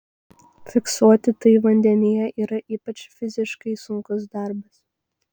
fiksuoti tai vandenyje yra ypač fiziškai sunkus darbas